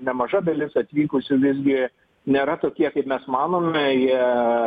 nemaža dalis atvykusių visgi nėra tokie kaip mes manome jie